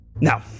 Now